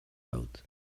out